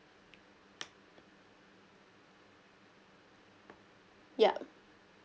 ya